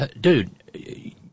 dude